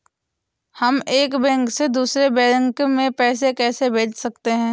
हम एक बैंक से दूसरे बैंक में पैसे कैसे भेज सकते हैं?